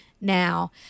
now